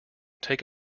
take